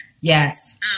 Yes